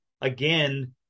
again